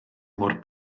mor